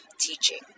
teaching